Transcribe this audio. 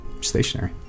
stationary